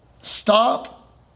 stop